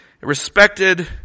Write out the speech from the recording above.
respected